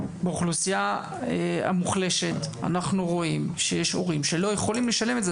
כשבאוכלוסייה המוחלשת אנחנו רואים שיש הורים שלא יכולים לשלם על זה.